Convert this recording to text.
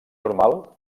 normal